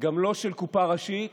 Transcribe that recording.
גם לא של קופה ראשית